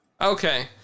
Okay